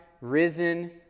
risen